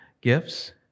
gifts